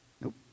Nope